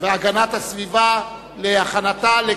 והגנת הסביבה נתקבלה.